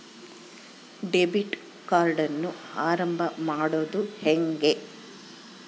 Debit ಕಾರ್ಡನ್ನು ಆರಂಭ ಮಾಡೋದು ಹೇಗೆ?